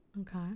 Okay